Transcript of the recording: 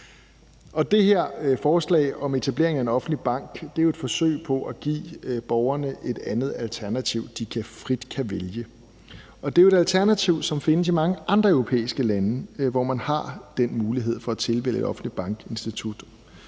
det her forslag om etablering af en offentlig bank er jo et forsøg på at give borgerne et andet alternativ, så de frit kan vælge. Det er et alternativ, som findes i mange andre europæiske lande, hvor man har mulighed for at tilvælge et offentligt pengeinstitut.